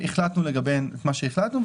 והחלטנו לגביהן את מה שהחלטנו.